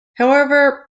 however